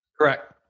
Correct